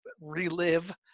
relive